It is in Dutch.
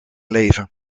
leven